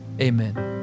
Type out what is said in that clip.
Amen